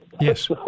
Yes